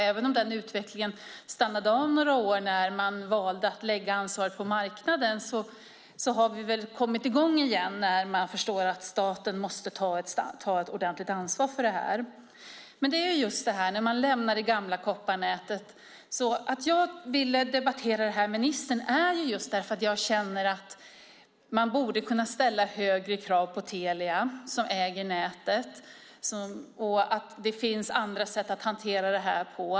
Även om utvecklingen stannade av under några år när man valde att lägga ansvaret på marknaden har vi kommit i gång igen när man har förstått att staten måste ta ett ordentligt ansvar för detta. Man lämnar nu det gamla kopparnätet. Anledningen till att jag ville debattera med ministern är att jag känner att man borde kunna ställa högre krav på Telia, som äger nätet. Det finns andra sätt att hantera detta på.